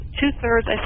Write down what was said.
Two-thirds